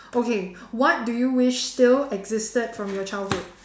okay what do you wish still existed from your childhood